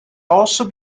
also